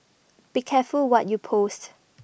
be careful what you post